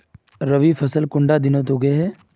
रवि फसल कुंडा दिनोत उगैहे?